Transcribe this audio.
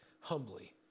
humbly